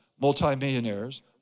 multimillionaires